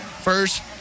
First